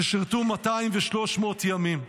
ששירתו 200 ו-300 ימים.